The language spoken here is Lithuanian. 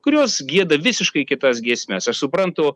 kurios gieda visiškai kitas giesmes aš suprantu